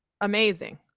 amazing